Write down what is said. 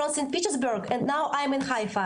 לא הייתי מרוצה.